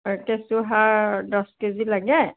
অঁ কেঁচুসাৰ দহ কেজি লাগে